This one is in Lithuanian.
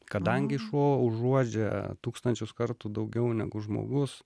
kadangi šuo užuodžia tūkstančius kartų daugiau negu žmogus